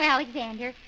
Alexander